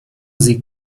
sie